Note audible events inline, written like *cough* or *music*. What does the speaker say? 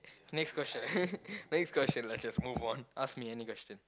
next question *laughs* next question let's just move on ask me any question